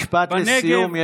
משפט לסיום.